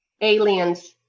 aliens